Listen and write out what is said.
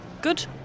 good